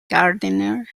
gardener